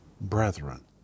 brethren